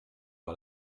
par